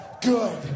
good